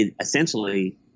essentially